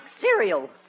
cereal